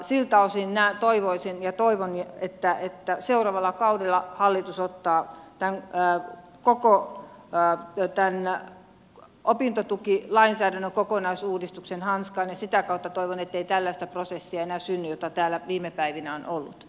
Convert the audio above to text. siltä osin minä toivon että seuraavalla kaudella hallitus ottaa tämän koko opintotukilainsäädännön kokonaisuudistuksen hanskaan ja sitä kautta toivon ettei tällaista prosessia enää synny jota täällä viime päivinä on ollut